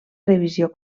revisió